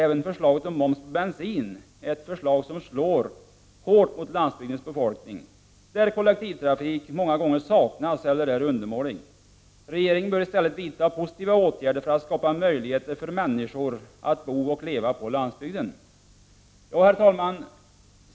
Även moms på bensin är något som slår hårt mot landsbygdens befolkning, där kollektivtrafiken många gånger saknas eller är undermålig. Regeringen bör i stället vidta positiva åtgärder för att skapa möjligheter för människor att bo och leva på landsbygden. Herr talman!